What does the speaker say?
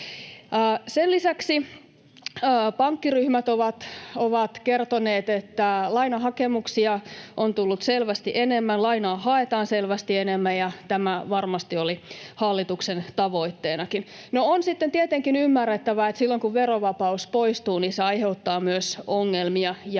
Sen lisäksi pankkiryhmät ovat kertoneet, että lainahakemuksia on tullut selvästi enemmän, lainaa haetaan selvästi enemmän, ja tämä varmasti oli hallituksen tavoitteenakin. No, on sitten tietenkin ymmärrettävä, että silloin kun verovapaus poistuu, se aiheuttaa myös ongelmia ja